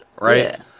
right